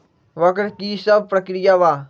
वक्र कि शव प्रकिया वा?